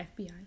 FBI